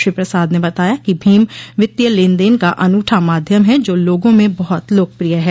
श्री प्रसाद ने बताया कि भीम वित्तीय लेन देन का अनूठा माध्यम है जो लोगों में बहुत लोकप्रिय है